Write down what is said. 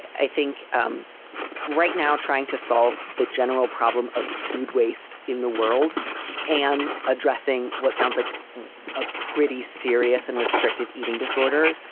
i think um right now trying to solve the general problem of food waste in the world and addressing what sounds like a pretty serious and restrictive eating disorder,